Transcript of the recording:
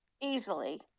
Easily